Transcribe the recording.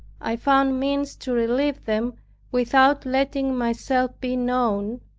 i found means to relieve them without letting myself be known,